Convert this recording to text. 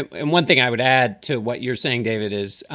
and one thing i would add to what you're saying, david, is,